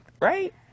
right